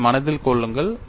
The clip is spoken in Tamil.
அதை மனதில் கொள்ளுங்கள்